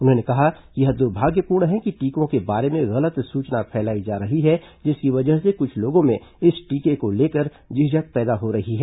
उन्होंने कहा कि यह दुर्भाग्यपूर्ण है कि टीकों के बारे में गलत सूचना फैलाई जा रही है जिसकी वजह से कुछ लोगों में इस टीके को लेकर झिझक पैदा हो रही है